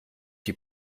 die